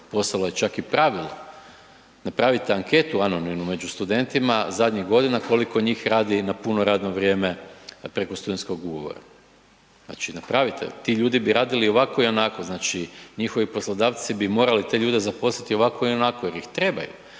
postalo je čak i pravilo, napravite anketu anonimnu među studentima zadnjih godina, koliko njih radi na puno radno vrijeme preko studentskog ugovora. Znači napravite, ti ljudi bi radili i ovako i onako. Znači njihovi poslodavci bi morali te ljude zaposliti i ovako i onako jer ih trebaju.